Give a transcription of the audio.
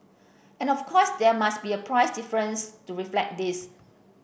and of course there must be a price difference to reflect this